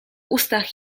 ustach